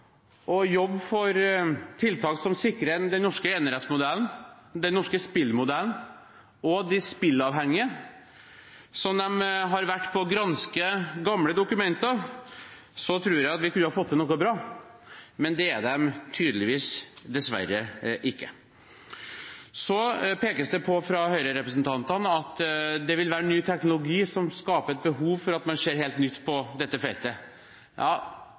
å jobbe for tiltak som sikrer den norske enerettsmodellen, den norske spillmodellen og de spilleavhengige, som de har vært etter å granske gamle dokumenter, tror jeg at vi kunne ha fått til noe bra – men det er de tydeligvis dessverre ikke. Så pekes det på av Høyre-representantene at det vil være ny teknologi som skaper behov for at man ser helt nytt på dette feltet.